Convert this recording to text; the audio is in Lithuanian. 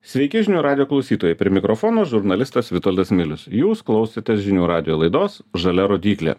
sveiki žinių radijo klausytojai prie mikrofono žurnalistas vitoldas milius jūs klausotės žinių radijo laidos žalia rodyklė